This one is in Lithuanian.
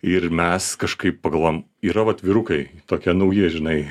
ir mes kažkaip pagalvojom yra vat vyrukai tokie nauji žinai